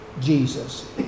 Jesus